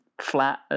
flat